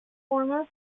former